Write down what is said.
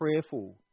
prayerful